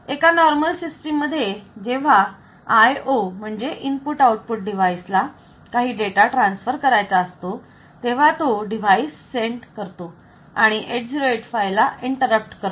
एका normal system मध्ये जेव्हा IO म्हणजे इनपुट आउटपुट डिवाइस ला काही डेटा ट्रान्सफर करायचा असतो तेव्हा तो डिवाइस पाठवतो आणि 8085 ला इंटरप्ट करतो